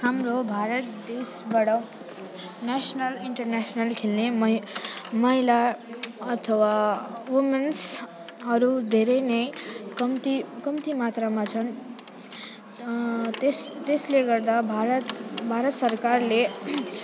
हाम्रो भारत देशबाट national international खेल्ने म महिला अथवा ओमेन्सहरू धेरै नै कम्ती कम्ती मात्रामा छन् त्यस त्यसले गर्दा भारत भारत सरकाले